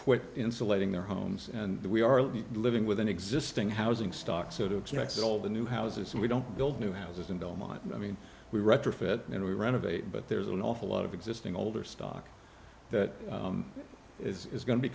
quit insulating their homes and that we are living with an existing housing stock sort of checks all the new houses and we don't build new houses and all mine i mean we retrofit and we renovate but there's an awful lot of existing older stock that is going to be